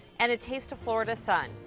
and a taste of florida sun.